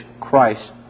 Christ